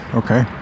okay